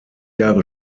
jahre